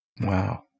Wow